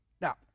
Now